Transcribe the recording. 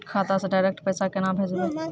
खाता से डायरेक्ट पैसा केना भेजबै?